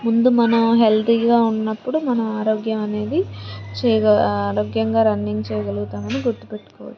ముందు మనం హెల్తీగా ఉన్నప్పుడు మనం ఆరోగ్యం అనేది చేయగ ఆరోగ్యంగా రన్నింగ్ చేయగలుగుతాం అని గుర్తు పెట్టుకోవచ్చు